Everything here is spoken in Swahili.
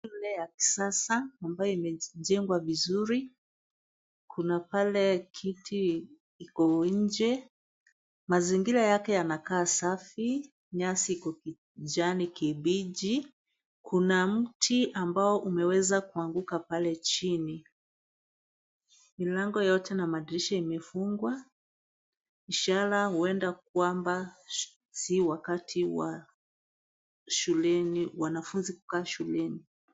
Shule ya kisasa ambayo imejengwa vizuri. Kuna pale kiti kiko nje. Mazingira yake yanakaa safi, nyasi kwa kijani kibichi. Kuna mti ambao umeweza kuanguka pale chini. Milango yote na madirisha imefungwa ishara huenda kwamba si wakati wa wanafunzi kukaa shuleni.